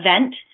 event